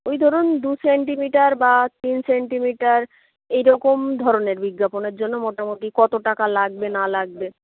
ওই ধরুন দু সেন্টিমিটার বা তিন সেন্টিমিটার এই রকম ধরণের বিজ্ঞাপনের জন্য মোটামোটি কতো টাকা লাগবে না লাগবে